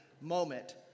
moment